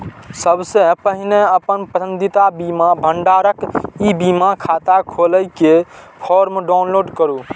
सबसं पहिने अपन पसंदीदा बीमा भंडारक ई बीमा खाता खोलै के फॉर्म डाउनलोड करू